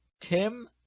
Tim